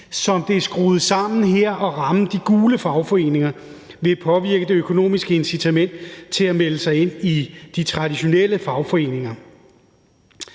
som det er skruet sammen her, at ramme de gule fagforeninger ved at påvirke det økonomiske incitament til at melde sig ind i de traditionelle fagforeninger.